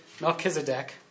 Melchizedek